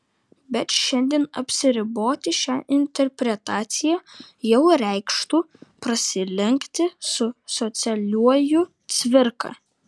bet šiandien apsiriboti šia interpretacija jau reikštų prasilenkti su socialiuoju cvirka